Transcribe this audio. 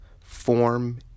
Form